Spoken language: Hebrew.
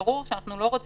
אם זה רמקולים